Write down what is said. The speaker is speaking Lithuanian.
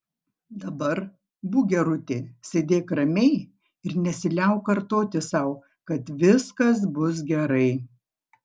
dabar būk gerutė sėdėk ramiai ir nesiliauk kartoti sau kad viskas bus gerai